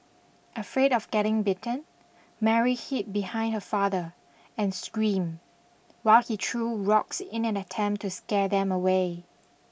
afraid of getting bitten Mary hid behind her father and screamed while he threw rocks in an attempt to scare them away